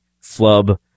flub